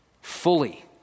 fully